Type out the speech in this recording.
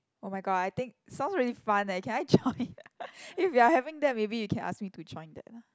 oh-my-god I think sounds really fun eh can I join if you are having that maybe you can ask me to join that lah